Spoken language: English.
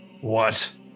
What